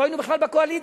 לא היינו בכלל בקואליציה.